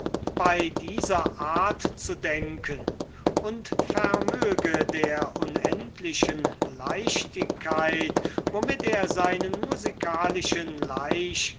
bei dieser art zu denken und vermöge der unendlichen leichtigkeit womit er seinen musikalischen